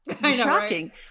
shocking